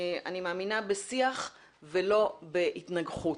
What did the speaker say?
אני מאמינה בשיח ולא בהתנגחות.